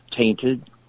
tainted